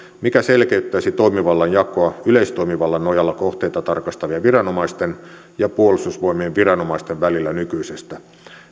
mikä selkeyttäisi toimivallan jakoa yleistoimivallan nojalla kohteita tarkastavien viranomaisten ja puolustusvoimien viranomaisten välillä nykyisestä